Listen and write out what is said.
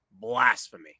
blasphemy